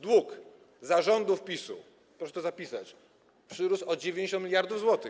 Dług za rządów PiS-u, proszę to zapisać, przyrósł o 90 mld zł.